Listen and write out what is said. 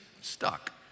stuck